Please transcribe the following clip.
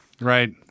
Right